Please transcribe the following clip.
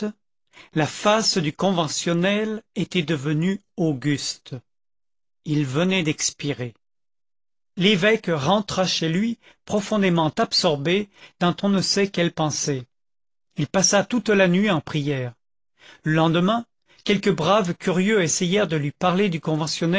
la face du conventionnel était devenue auguste il venait d'expirer l'évêque rentra chez lui profondément absorbé dans on ne sait quelles pensées il passa toute la nuit en prière le lendemain quelques braves curieux essayèrent de lui parler du